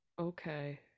Okay